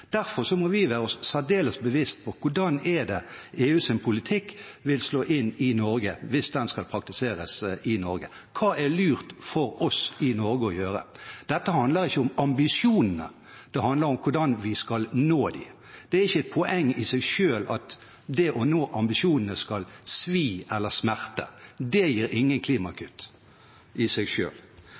Derfor må vi være oss særdeles bevisst hvordan EUs politikk vil slå inn i Norge hvis den skal praktiseres i Norge: Hva er lurt for oss i Norge å gjøre? Dette handler ikke om ambisjonene, det handler om hvordan vi skal nå dem. Det er ikke et poeng i seg selv at det å nå ambisjonene skal svi eller smerte. Det gir ingen klimakutt i seg